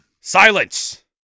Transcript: Silence